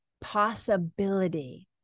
possibility